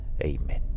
Amen